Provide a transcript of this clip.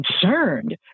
concerned